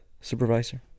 supervisor